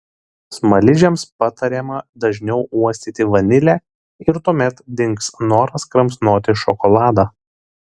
smaližiams patariama dažniau uostyti vanilę ir tuomet dings noras kramsnoti šokoladą